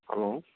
hello